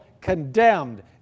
condemned